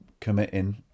committing